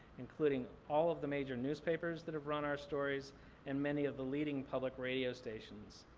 including all of the major newspapers that have run our stories and many of the leading public radio stations.